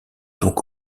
donc